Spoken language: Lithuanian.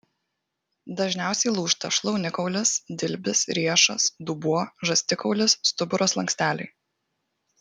dažniausiai lūžta šlaunikaulis dilbis riešas dubuo žastikaulis stuburo slanksteliai